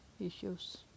issues